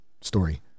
story